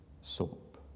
soap